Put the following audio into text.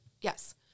yes